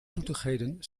zoetigheden